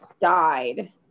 died